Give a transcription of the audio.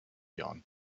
jahren